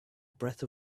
breath